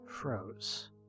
froze